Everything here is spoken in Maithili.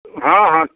हँ हँ